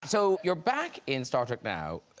so, you're back in star trek now,